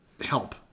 help